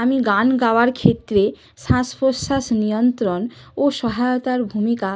আমি গান গাওয়ার ক্ষেত্রে শ্বাস প্রশ্বাস নিয়ন্ত্রণ ও সহায়তার ভূমিকা